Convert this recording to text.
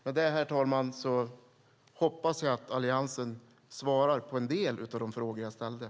Med det, herr talman, hoppas jag att Alliansen svarar på en del av de frågor jag ställt.